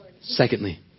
Secondly